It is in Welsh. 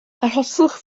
arhoswch